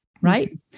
right